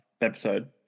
episode